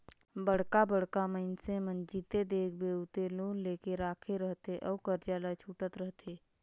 बड़का बड़का मइनसे मन जिते देखबे उते लोन लेके राखे रहथे अउ करजा ल छूटत रहथे